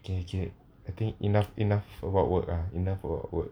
okay okay I think enough enough about work lah enough about work